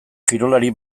kirolari